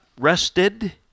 rested